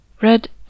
Red